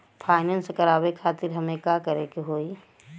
Finance करावे खातिर हमें का करे के होई?